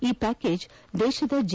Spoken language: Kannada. ಈ ಪ್ಯಾಕೇಜ್ ದೇಶದ ಜಿ